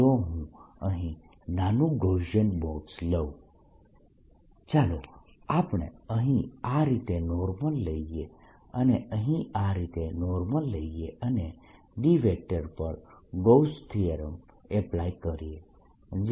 જો હું અહીં નાનું ગૌસીયન બોક્સ લઉં સ્લાઇડનો સંદર્ભ સમય 0716 ચાલો આપણે અહીં આ રીતે નોર્મલ લઈએ અને અહીં આ રીતે નોર્મલ લઈએ અને D પર ગૌસ થીયરમ એપ્લાય કરીએ જે